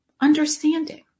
understanding